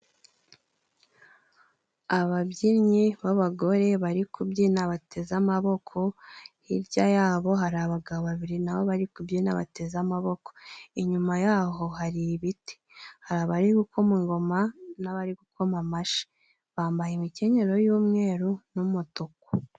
Ababyinnyi b'abagore bari kubyina bateze amaboko, hirya ya bo hari abagabo babiri na bo bari kubyina bateze amaboko. Inyuma ya ho hari ibiti. Hari abari gukoma ingoma n'abari gukoma amashi. Bambaye imikenyerero y'umweru n'umutuku.